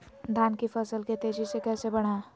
धान की फसल के तेजी से कैसे बढ़ाएं?